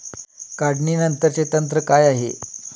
काढणीनंतरचे तंत्र काय आहे?